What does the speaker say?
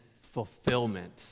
fulfillment